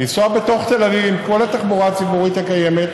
לנסוע בתוך תל אביב עם כל התחבורה הציבורית הקיימת,